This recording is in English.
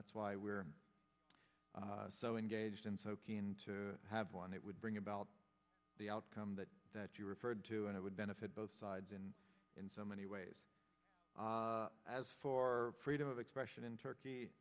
that's why we're so engaged and so keen to have one that would bring about the outcome that that you referred to and it would benefit both sides and in so many ways as for freedom of expression in turkey